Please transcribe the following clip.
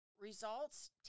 results